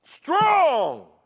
strong